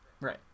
Right